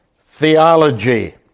theology